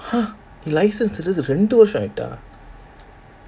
!huh! license எடுத்து ரெண்டு வருஷம் ஆயிட்டா:eduthu rendu varusham aayittaa